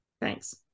Thanks